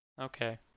Okay